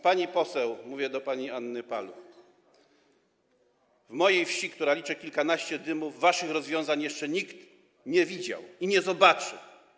Pani poseł - mówię do pani Anny Paluch - w mojej wsi, która liczy kilkanaście dymów, waszych rozwiązań jeszcze nikt nie widział i nie zobaczy.